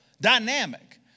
dynamic